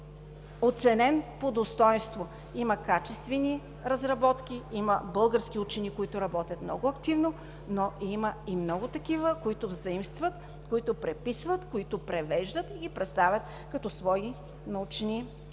оценени по достойнство. Има качествени разработки, има български учени, които работят много активно, но има и много такива, които заимстват, които преписват, които превеждат и ги представят като свои научни изследвания.